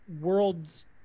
world's